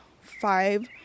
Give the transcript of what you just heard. five